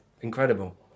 incredible